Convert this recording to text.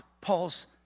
Paul's